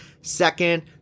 second